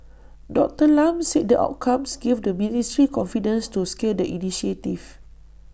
Doctor Lam said the outcomes gave the ministry confidence to scale the initiative